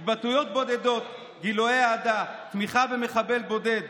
התבטאויות בודדות, גילויי אהדה, תמיכה במחבל בודד,